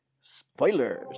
spoilers